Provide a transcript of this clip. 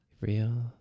Real